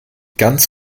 ganz